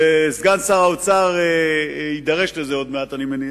וסגן שר האוצר יידרש לזה עוד מעט, אני מניח,